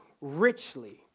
richly